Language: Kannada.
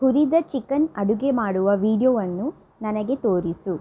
ಹುರಿದ ಚಿಕನ್ ಅಡುಗೆ ಮಾಡುವ ವೀಡಿಯೊವನ್ನು ನನಗೆ ತೋರಿಸು